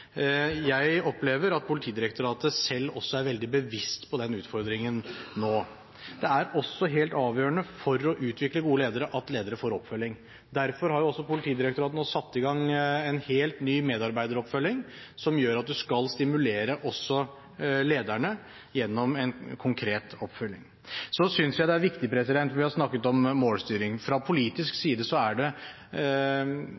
Jeg opplever at Politidirektoratet selv også er veldig bevisst på den utfordringen nå. Det er også helt avgjørende for å utvikle gode ledere at de får oppfølging. Derfor har Politidirektoratet nå satt i gang en helt ny medarbeideroppfølging som gjør at man skal stimulere også lederne gjennom en konkret oppfølging. Så synes jeg det er viktig, når vi har snakket om målstyring, at det fra politisk